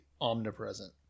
omnipresent